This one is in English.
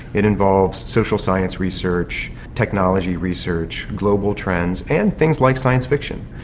it involves social science research, technology research, global trends and things like science fiction.